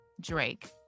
drake